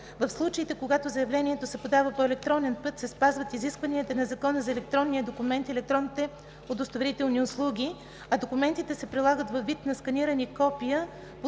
В случаите, когато заявлението се подава по електронен път, се спазват изискванията на Закона за електронния документ и електронните удостоверителни услуги, а документите се прилагат във вид на сканирани копия,